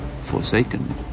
Forsaken